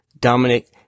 Dominic